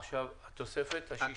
עכשיו, התוספת השישית.